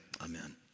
Amen